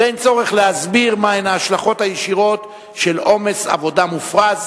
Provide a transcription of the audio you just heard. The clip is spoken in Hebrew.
ואין צורך להסביר מה ההשלכות הישירות של עומס עבודה מופרז